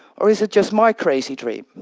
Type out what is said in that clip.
or is it just my crazy dream?